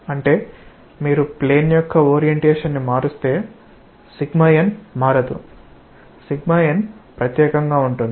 అంటే మీరు ప్లేన్ యొక్క ఓరియెంటేషన్ ని మారుస్తే n మారదు n ప్రత్యేకంగా ఉంటుంది